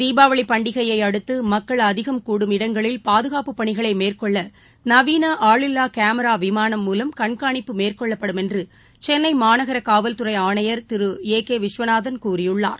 தீபாவளிபண்டிகையைஅடுத்து மக்கள் அதிகம் கடும் இடங்களில் பாகுகாப்பு பணிகளைமேற்கொள்ளநவீனஆளில்லாகேமராவிமானம் மேற்கொள்ளப்படும் என்றுசென்னைமாநகரகாவல்துறைஆணையர் திரு ஏ கேவிஸ்வநாதன் கூறியுள்ளார்